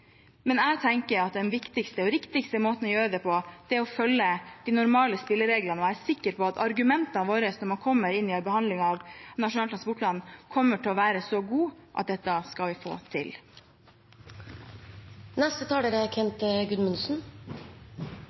men jeg tenker at den viktigste og riktigste måten å gjøre det på er å følge de normale spillereglene. Jeg er sikker på at argumentene våre når vi kommer til behandlingen av Nasjonal transportplan, kommer til å være så gode at dette skal vi få